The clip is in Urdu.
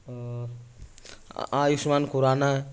آیوشمان کھورانا